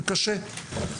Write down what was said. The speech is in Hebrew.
זה קשה.